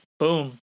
boom